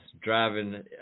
driving